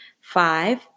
Five